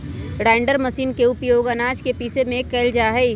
grinder machine के उपयोग आनाज के पीसे में कइल जाहई